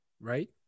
right